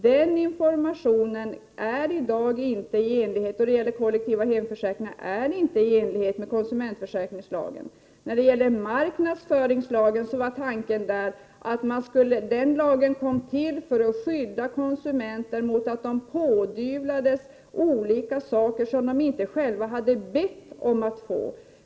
Den informationen rörande kollektiva hemförsäkringar är i dag inte i enlighet med konsumentförsäkringslagen. Marknadsföringslagen kom till för att skydda konsumenterna mot att pådyvlas olika saker som de inte själva hade bett om att få.